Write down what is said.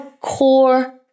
core